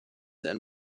and